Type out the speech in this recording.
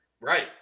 Right